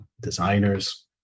designers